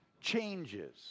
changes